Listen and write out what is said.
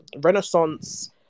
renaissance